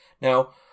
Now